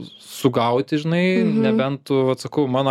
sugauti žinai nebent tu vat sakau man